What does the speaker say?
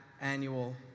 annual